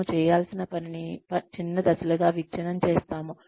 మనము చేయాల్సిన పనిని చిన్న దశలుగా విచ్ఛిన్నం చేస్తాము